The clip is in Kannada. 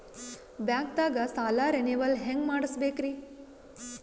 ಬ್ಯಾಂಕ್ದಾಗ ಸಾಲ ರೇನೆವಲ್ ಹೆಂಗ್ ಮಾಡ್ಸಬೇಕರಿ?